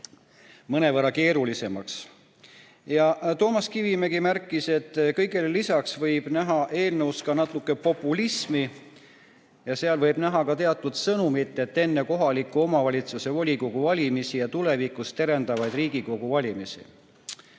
mõnevõrra keerulisemaks. Toomas Kivimägi märkis, et kõigele lisaks võib eelnõus natuke populismi näha. Ja seal võib näha ka teatud sõnumit enne kohaliku omavalitsuse volikogu valimisi ja tulevikus terendavaid Riigikogu valimisi.